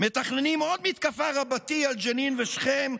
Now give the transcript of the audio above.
מתכננים עוד מתקפה רבתי על ג'נין ושכם.